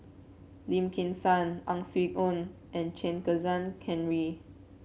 Lim Kim San Ang Swee Aun and Chen Kezhan Henri